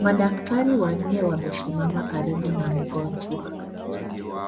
madaktari wanne wamesimama karibu na mgonjwa.